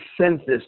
Census